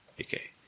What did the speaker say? Okay